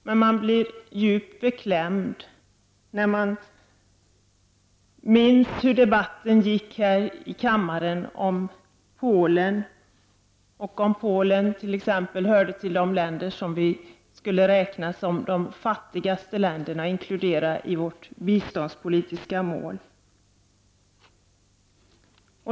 Man blir djupt beklämd när man minns hur debatten gick här i kammaren om Polen, när det diskuterades om Polen hörde till de länder som räknas till de fattigaste och skulle inkluderas i vårt biståndspolitiska mål.